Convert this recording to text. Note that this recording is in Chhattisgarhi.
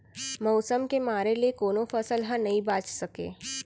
मउसम के मार ले कोनो फसल ह नइ बाच सकय